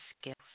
skills